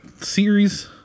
series